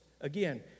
again